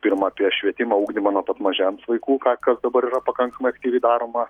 pirma apie švietimą ugdymą nuo pat mažens vaikų ką kas dabar yra pakankamai aktyviai daroma